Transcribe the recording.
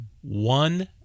one